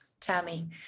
Tammy